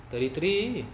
thirty three